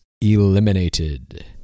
eliminated